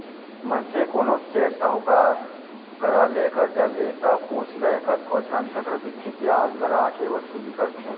मनसे कोनो सेठ साहूकार करा ले करजा ले ता पुछ लय कतको झन चक्रबृद्धि बियाज लगा के वसूली करथे